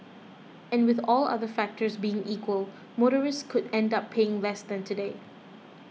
and with all other factors being equal motorists could end up paying less than today